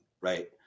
right